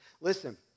listen